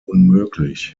unmöglich